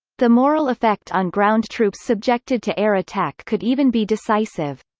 the moral effect on ground troops subjected to air attack could even be decisive.